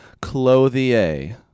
clothier